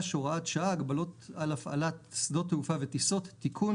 (הוראת שעה)(הגבלות על הפעלת שדות תעופה וטיסות)(תיקון),